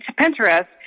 Pinterest